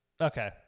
Okay